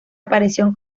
aparición